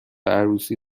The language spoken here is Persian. عروسی